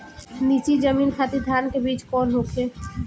नीची जमीन खातिर धान के बीज कौन होखे?